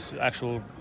actual